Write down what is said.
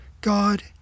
God